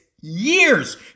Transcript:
years